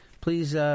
please